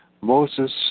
Moses